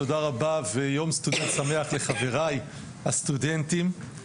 ויום סטודנט שמח לחבריי הסטודנטים.